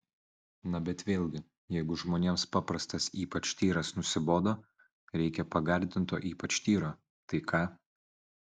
na bet vėlgi jeigu žmonėms paprastas ypač tyras nusibodo reikia pagardinto ypač tyro tai ką